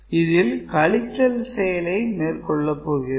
இதில் கழித்தல் செயலை மேற்கொள்ள போகிறோம்